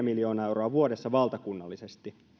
miljoonaa euroa vuodessa valtakunnallisesti